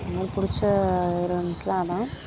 எனக்கு பிடிச்ச ஹீரோயின்ஸ்லாம் அதுதான்